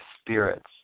spirits